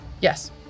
Yes